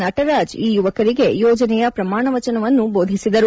ನಟರಾಜ್ ಈ ಯುವಕರಿಗೆ ಯೋಜನೆಯ ಪ್ರಮಾಣವಚನವನ್ನು ಬೋಧಿಸಿದರು